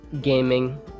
gaming